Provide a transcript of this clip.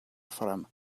from